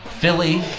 Philly